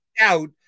out